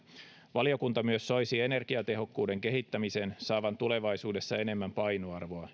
valiokunta myös soisi energiatehokkuuden kehittämisen saavan tulevaisuudessa enemmän painoarvoa ja